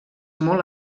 molt